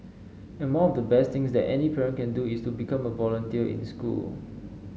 and more of the best that any parent can do is to become a volunteer in school